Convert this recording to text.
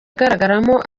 agaragaramo